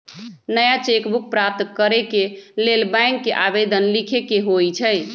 नया cheque book प्राप्त करेके लेल बैंक के आवेदन लीखे के होइ छइ